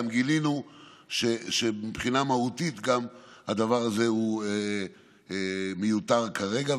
גילינו גם שמבחינה מהותית הדבר הזה מיותר כרגע,